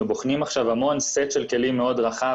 אנחנו בוחנים עכשיו סט של כלים מאוד רחב,